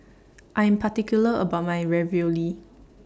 I Am particular about My Ravioli